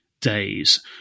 days